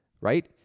right